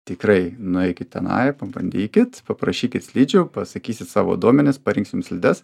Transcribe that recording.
tikrai nueikit tenai pabandykit paprašykit slidžių pasakysit savo duomenis parinksim slides